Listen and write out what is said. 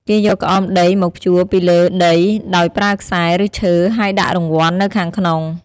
គេយកក្អមដីមួយព្យួរពីលើដីដោយប្រើខ្សែ ឬឈើ ហើយដាក់រង្វាន់នៅខាងក្នុង។